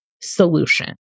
solution